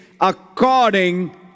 according